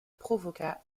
provoqua